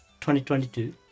2022